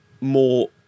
more